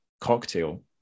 cocktail